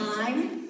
time